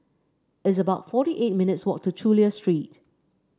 it's about forty eight minutes' walk to Chulia Street